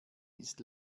ist